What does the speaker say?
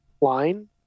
line